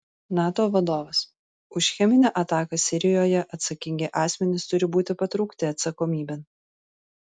nato vadovas už cheminę ataką sirijoje atsakingi asmenys turi būti patraukti atsakomybėn